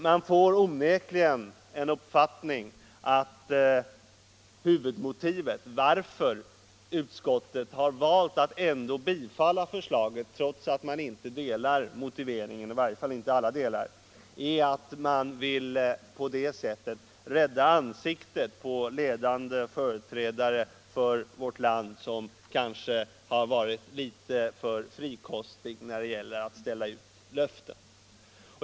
Man får onekligen uppfattningen att huvudmotivet till att utskottet har velat bifalla förslaget trots att det inte delar motiveringen, i varje fall inte i alla delar, är att utskottet velat rädda ansiktet på ledande företrädare för vårt land som kanske har varit litet för frikostiga med att ge löften.